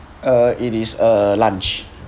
uh it is a lunch